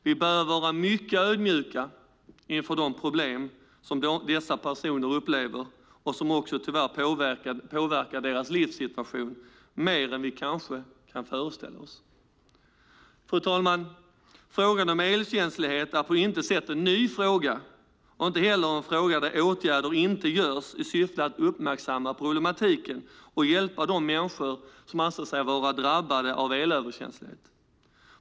Vi bör vara mycket ödmjuka inför de problem som dessa personer upplever och som också tyvärr påverkar deras livssituation mer än vi kanske kan föreställa oss. Fru talman! Frågan om elkänslighet är på intet sätt ny och inte heller en fråga där åtgärder inte vidtas i syfte att uppmärksamma problematiken och hjälpa de människor som anser sig vara drabbade av elöverkänslighet.